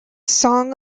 song